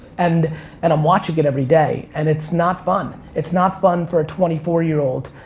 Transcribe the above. and and i'm watching it every day and it's not fun. it's not fun for a twenty four year old,